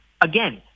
Again